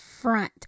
front